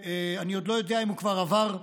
אני עוד לא יודע אם הוא כבר עבר,